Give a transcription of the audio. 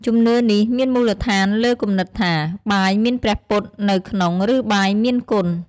ជំនឿនេះមានមូលដ្ឋានលើគំនិតថា បាយមានព្រះពុទ្ធនៅក្នុង ឬ បាយមានគុណ។